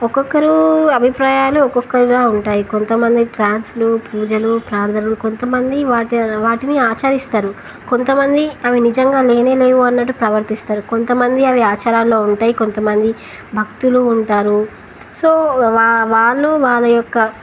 ఒక్కొక్కరుూ అభిప్రాయాలు ఒక్కొక్కరుగా ఉంటాయి కొంతమంది డ్యాన్స్లు పూజలు ప్రార్థలు కొంతమంది వాటి వాటిని ఆచరిస్తారు కొంతమంది అవి నిజంగా లేనే లేవు అన్నట్టు ప్రవర్తిస్తారు కొంతమంది అవి ఆచారాల్లో ఉంటాయి కొంతమంది భక్తులు ఉంటారు సో వా వాళ్ళు వాళ్ారి యొక్క